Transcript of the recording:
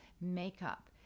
makeup